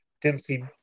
Dempsey